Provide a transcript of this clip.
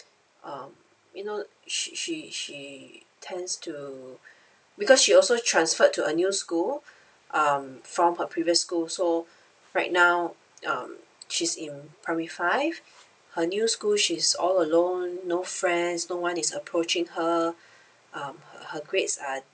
um you know she she she tends to because she also transferred to a new school um from her previous school so right now um she's in primary five her new school she's all alone no friends no one is approaching her um her grades are